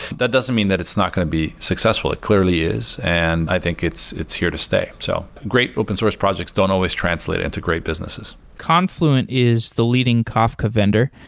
that doesn't mean sed it's not going to be successful. it clearly is, and i think it's it's here to stay. so great open source projects don't always translate into great businesses. confluent is the leading kafka vendor.